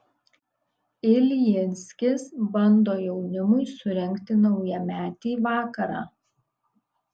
iljinskis bando jaunimui surengti naujametį vakarą